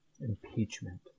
Impeachment